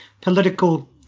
political